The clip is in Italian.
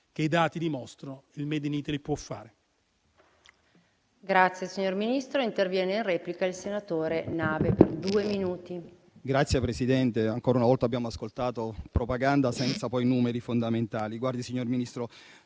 che i dati dimostrano il *made in Italy* può fare.